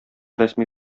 рәсми